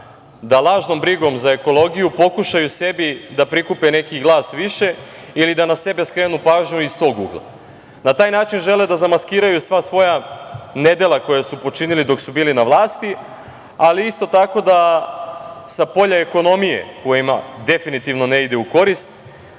da lažnom brigom za ekologiju pokušaju sebi da prikupe neki glas više ili da na sebe skrenu pažnju iz tog ugla. Na taj način žele da zamaskiraju sva svoja nedela koja su počinili dok su bili na vlasti, ali isto tako da sa polja ekonomije koje im definitivno ne ide u korist